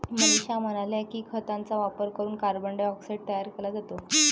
मनीषा म्हणाल्या की, खतांचा वापर करून कार्बन डायऑक्साईड तयार केला जातो